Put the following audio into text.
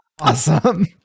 awesome